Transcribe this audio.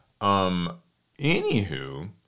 Anywho